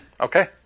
Okay